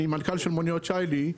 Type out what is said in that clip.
אני מנכ"ל של מוניות שי לי,